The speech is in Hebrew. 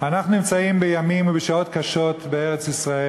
אנחנו נמצאים בימים ובשעות קשים בארץ-ישראל,